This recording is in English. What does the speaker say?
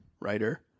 writer